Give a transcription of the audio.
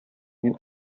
мин